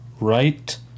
right